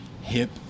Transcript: hip